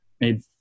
made